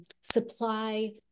supply